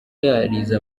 yarize